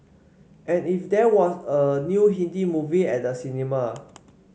and if there was a new Hindi movie at the cinema